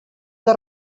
que